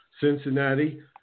Cincinnati